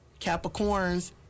Capricorns